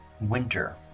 winter